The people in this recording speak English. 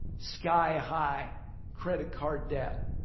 sky-high credit card debt.